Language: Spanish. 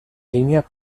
línea